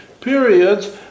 periods